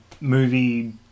movie